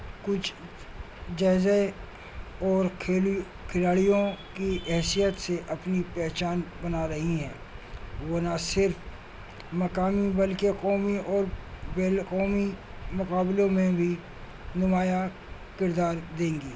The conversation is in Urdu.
کچھ جیسے اور کھیلی کھلاڑیوں کی حیثیت سے اپنی پہچان بنا رہی ہیں وہ نہ صرف مقامی بلکہ قومی اور بین قومی مقابلوں میں بھی نمایاں کردار دیں گی